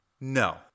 No